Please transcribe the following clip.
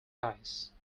ice